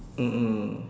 mm mm